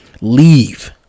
leave